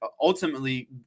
ultimately